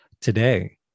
today